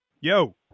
Yo